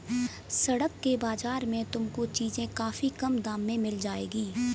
सड़क के बाजार में तुमको चीजें काफी कम दाम में मिल जाएंगी